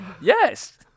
Yes